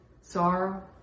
sorrow